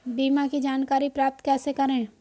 बीमा की जानकारी प्राप्त कैसे करें?